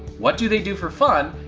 what do they do for fun?